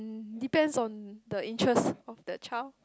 depends on the interest of the child